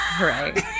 Right